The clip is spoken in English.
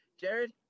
Jared